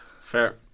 Fair